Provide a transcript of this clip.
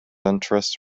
interests